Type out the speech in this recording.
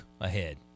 ahead